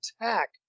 attack